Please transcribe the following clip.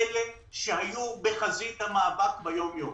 אלה שהיו בחזית המאבק ביום-יום.